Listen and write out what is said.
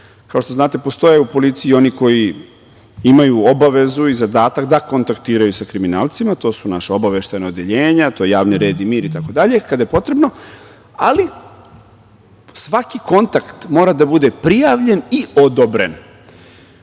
što znate, postoje u policiji i oni koji imaju obavezu i zadatak da kontaktiraju sa kriminalcima. To su naša obaveštajna odeljenja, to je javni red i mir itd. kada je potrebno. Ali, svaki kontakt mora da bude prijavljen i odobren. Bila